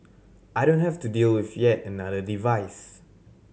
I don't have to deal with yet another device